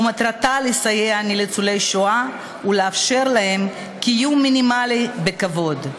ומטרתה לסייע לניצולי שואה ולאפשר להם קיום מינימלי בכבוד.